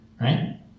right